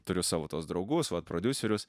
turiu savo tuos draugus vat prodiuserius